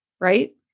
right